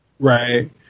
right